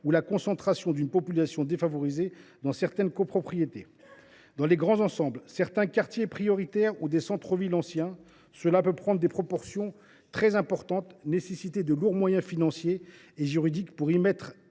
ou la concentration d’une population défavorisée dans certaines copropriétés. Dans les grands ensembles, dans certains quartiers prioritaires ou dans des centres villes anciens, ce problème peut prendre des proportions très importantes. De lourds moyens financiers et juridiques sont alors